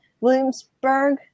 Williamsburg